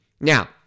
Now